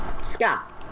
Scott